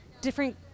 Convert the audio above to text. different